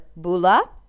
bula